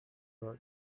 your